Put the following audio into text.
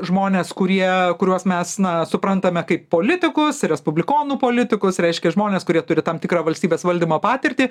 žmonės kurie kuriuos mes na suprantame kaip politikus respublikonų politikus reiškia žmones kurie turi tam tikrą valstybės valdymo patirtį